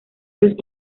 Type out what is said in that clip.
los